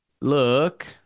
look